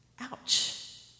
Ouch